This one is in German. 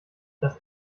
das